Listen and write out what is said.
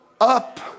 Up